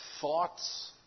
thoughts